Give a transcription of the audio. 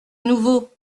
nouveau